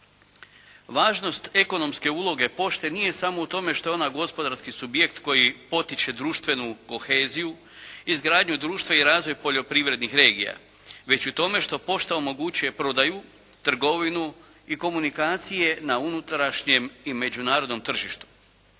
Važnost ekonomske uloge pošte nije samo u tome što je ona gospodarski subjekt koji potiče društvenu koheziju, izgradnju društva i razvoj poljoprivrednih regija već i u tome što pošta omogućuje prodaju, trgovinu i komunikacije na unutrašnjem i međunarodnom tržištu.